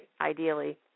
ideally